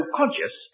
conscious